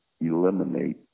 eliminate